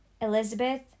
Elizabeth